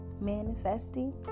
manifesting